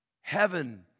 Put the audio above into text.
Heaven